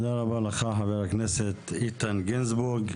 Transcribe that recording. תודה רבה לך חבר הכנסת איתן גינזבורג.